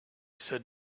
said